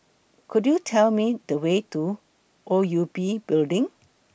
Could YOU Tell Me The Way to O U B Building